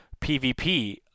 PvP